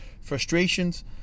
Frustrations